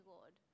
Lord